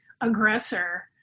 aggressor